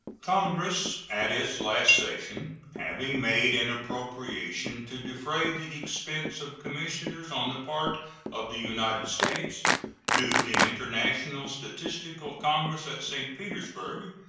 congress at its last session having made an appropriation to defray the expense of commissioners on the part of the united states to the international statistical congress at st. petersburg,